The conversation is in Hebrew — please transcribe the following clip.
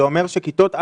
זה אומר שכיתות א',